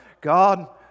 God